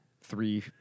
three